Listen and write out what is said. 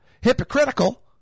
hypocritical